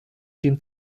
den